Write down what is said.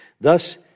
Thus